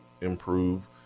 improve